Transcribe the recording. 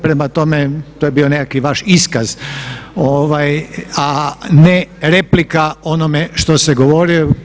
Prema tome, to je bio nekakvi vaš iskaz a ne replika onome što se govorilo.